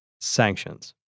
Sanctions